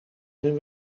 zijn